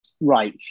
Right